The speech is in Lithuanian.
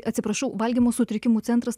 atsiprašau valgymo sutrikimų centras